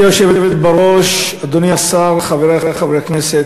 גברתי היושבת בראש, אדוני השר, חברי חברי הכנסת,